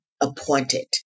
appointed